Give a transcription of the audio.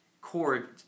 chord